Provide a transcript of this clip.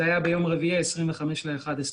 זה היה ביום רביעי ה-25 בנובמבר.